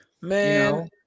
Man